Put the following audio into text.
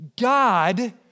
God